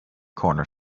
corner